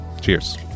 Cheers